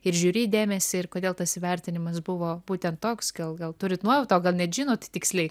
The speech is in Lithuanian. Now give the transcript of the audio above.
ir žiuri dėmesį ir kodėl tas įvertinimas buvo būtent toks gal gal turit nuojautą o gal net žinot tiksliai